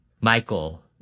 Michael